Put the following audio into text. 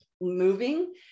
moving